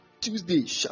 Tuesday